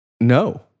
No